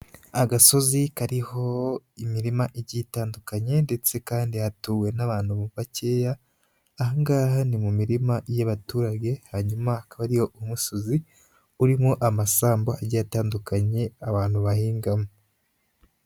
Agasozi kariho imirima igiye itandukanye ndetse kandi hatuwe n'abantu bakeya, aha ngaha ni mu mirima y'abaturage, hanyuma hakaba hariyo umusozi urimo amasambu agiye atandukanye abantu bahingamo.